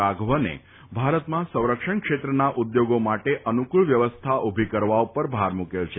રાધવને ભારતમાં સંરક્ષણ ક્ષેત્રના ઉદ્યોગો માટે અનુક્ષળ વ્યવસ્થા ઉભી કરવા ઉપર ભાર મૂક્વો છે